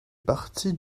partie